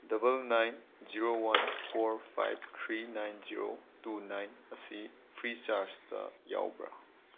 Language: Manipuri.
double nine zero one four ꯐꯥꯏꯕ three nine zero two nine ꯑꯁꯤ ꯐ꯭ꯔꯤꯆꯥꯔꯖꯇ ꯌꯥꯎꯕ꯭ꯔꯥ